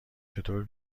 چطور